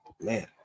Man